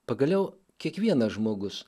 pagaliau kiekvienas žmogus